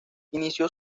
inició